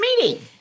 meeting